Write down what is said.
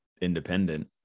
independent